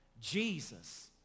Jesus